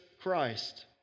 Christ